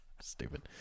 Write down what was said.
Stupid